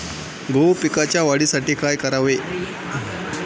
गहू पिकाच्या वाढीसाठी काय करावे?